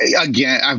again